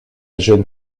jeune